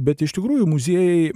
bet iš tikrųjų muziejai